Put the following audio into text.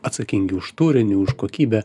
atsakingi už turinį už kokybę